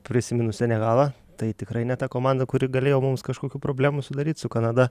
prisiminus senegalą tai tikrai ne ta komanda kuri galėjo mums kažkokių problemų sudaryt su kanada